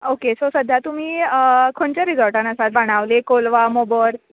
okay so सद्या तुमी खंयच्या रिजोर्टान आसात बाणावले कोलवा मोबर